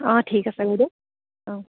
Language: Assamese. অঁ ঠিক আছে বাইদেউ অঁ